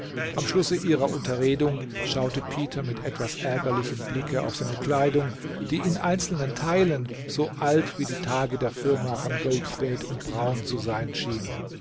am schluße ihrer unterredung schaute peter mit etwas ärgerlichem blicke auf seine kleidung die in einzelnen teilen so alt wie die tage der firma von goldthwaite brown zu sein schien